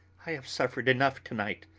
i have suffered enough to-night,